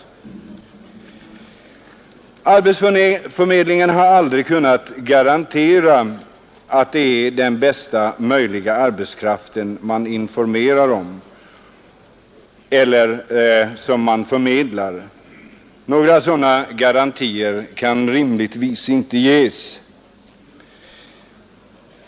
Arbetsförmedlingen har aldrig kunnat garantera att det är den bästa möjliga arbetskraften som den förmedlar. Några sådana garantier kan rimligtvis inte ges.